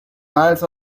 miles